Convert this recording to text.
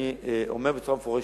אני אומר בצורה מפורשת: